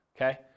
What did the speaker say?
okay